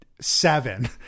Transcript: seven